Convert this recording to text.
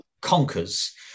conquers